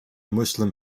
muslim